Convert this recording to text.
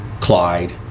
Clyde